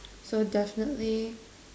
so definitely